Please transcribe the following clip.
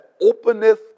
openeth